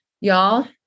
y'all